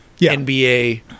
NBA